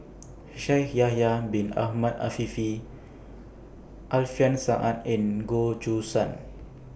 Shaikh Yahya Bin Ahmed Afifi Alfian Sa'at and Goh Choo San